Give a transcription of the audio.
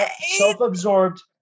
self-absorbed